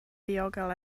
ddiogel